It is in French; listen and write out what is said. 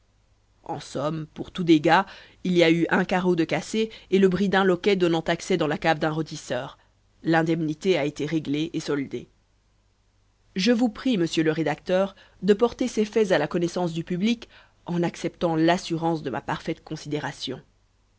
en somme pour tous dégâts il y a eu un carreau de cassé et le bris d'un loquet donnant accès dans la cave d'un rôtisseur l'indemnité a été réglée et soldée je vous prie m le rédacteur de porter ces faits à la connaissance du public en acceptant l'assurance de ma parfaite considération